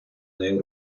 нею